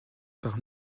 par